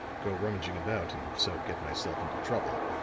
go rummaging about and so get myself into trouble.